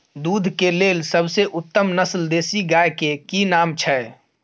दूध के लेल सबसे उत्तम नस्ल देसी गाय के की नाम छै?